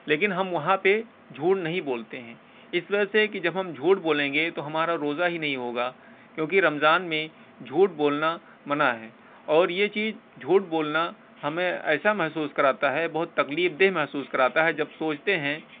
لیکن ہم وہاں پہ جھوٹ نہیں بولتے ہیں اس وجہ سے کہ جب ہم جھوٹ بولیں گے تو ہمارا روزہ ہی نہیں ہوگا کیونکہ رمضان میں جھوٹ بولنا منع ہے اور یہ چیز جھوٹ بولنا ہمیں ایسا محسوس کراتا ہے بہت تکلیف دہ محسوس کراتا ہے جب سوچتے ہیں